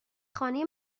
خانه